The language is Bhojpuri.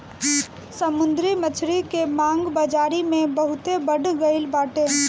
समुंदरी मछरी के मांग बाजारी में बहुते बढ़ गईल बाटे